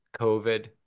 covid